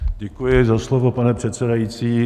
Děkuji za slovo, pane předsedající.